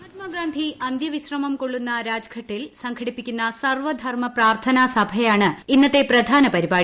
മഹാത്മാഗാന്ധി അന്ത്യവിശ്രമം പ കൊള്ളുന്ന രാജ്ഘട്ടിൽ സംഘടിപ്പിക്കുന്ന സർവ്വധർമ്മ പ്രാർത്ഥന സഭയാണ് ഇന്നത്തെ പ്രധാന പരിപാടി